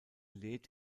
lädt